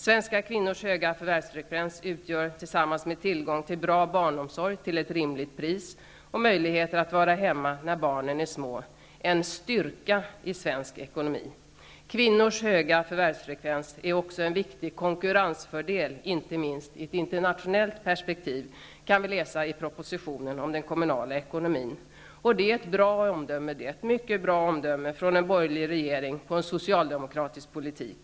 Svenska kvinnors höga förvärvsfrekvens utgör, tillsammans med tillgång till bra barnomsorg till ett rimligt pris och möjligheter att vara hemma när barnen är små, en styrka i svensk ekonomi. Kvinnors höga förvärvsfrekvens är också en viktig konkurrensfördel, inte minst i ett internationellt perspektiv. Detta kan man alltså läsa i propositionen om den kommunala ekonomin. Det är ett mycket bra omdöme från en borgerlig regering om socialdemokratisk politik.